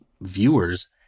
viewers